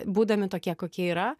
būdami tokie kokie yra